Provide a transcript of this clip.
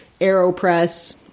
AeroPress